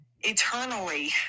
eternally